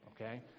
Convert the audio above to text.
okay